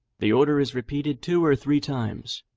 the order is repeated two or three times.